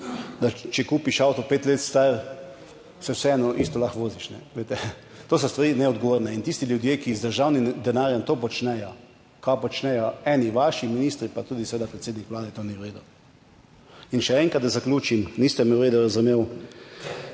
da če kupiš avto pet let star, se vseeno isto lahko voziš. To so stvari neodgovorne. In tisti ljudje, ki z državnim denarjem to počnejo, kar počnejo eni vaši ministri pa tudi seveda predsednik Vlade, to ni v redu. In še enkrat, da zaključim, niste v redu razumel.